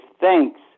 thanks